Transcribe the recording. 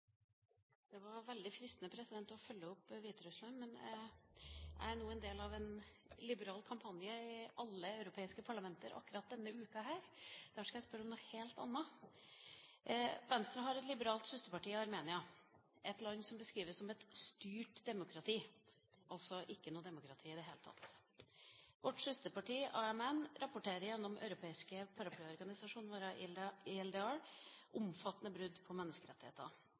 Det hadde vært veldig fristende å følge opp Hviterussland, men jeg er med i en liberal kampanje i alle europeiske parlamenter akkurat denne uken, så derfor skal jeg spørre om noe helt annet. Venstre har et liberalt søsterparti i Armenia, et land som beskrives som et styrt demokrati – altså ikke noe demokrati i det hele tatt. Vårt søsterparti, AMN, rapporterer gjennom den europeiske paraplyorganisasjonen vår, ELDR, om omfattende brudd på menneskerettigheter.